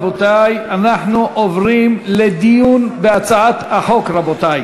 רבותי, אנחנו עוברים לדיון בהצעת החוק, רבותי.